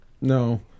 No